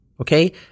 Okay